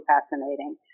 fascinating